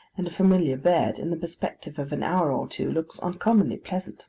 and a familiar bed, in the perspective of an hour or two, looks uncommonly pleasant